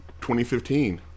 2015